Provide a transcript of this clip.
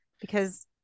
because-